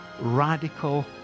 radical